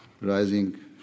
rising